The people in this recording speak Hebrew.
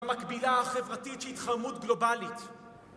המקבילה החברתית של התחממות גלובלית.